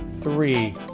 three